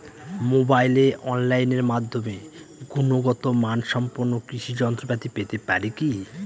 মোবাইলে অনলাইনের মাধ্যমে গুণগত মানসম্পন্ন কৃষি যন্ত্রপাতি পেতে পারি কি?